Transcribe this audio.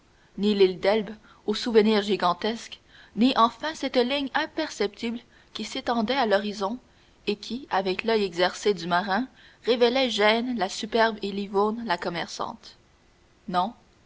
ni l'île d'elbe aux souvenirs gigantesques ni enfin cette ligne imperceptible qui s'étendait à l'horizon et qui à l'oeil exercé du marin révélait gênes la superbe et livourne la commerçante non